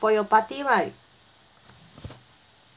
for your party right